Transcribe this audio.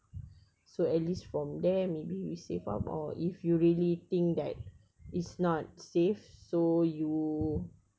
so at least from they maybe we save up or if you really think that it's not save so you